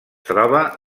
troba